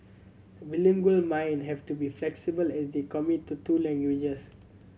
bilingual mind have to be flexible as they commit to two languages